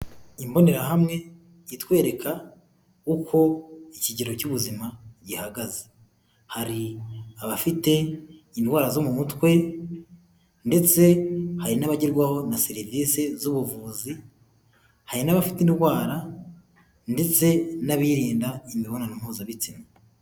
Imbonerahamwe itwereka uko ikigero cy'ubuzima gihagaze, hari abafite indwara zo mu mutwe ndetse hari n'abagerwaho na serivisi z'ubuvuzi, hari n'abafite indwara ndetse n'abirinda imibonano mpuzabitsina.